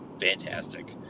fantastic